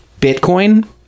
Bitcoin